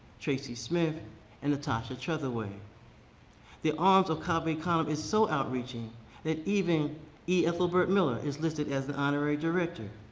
tracy smith and natasha trethewey. the arms of cave canem kind of is so outreaching that even e. ethelbert miller is listed as the honorary director.